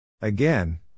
Again